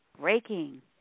breaking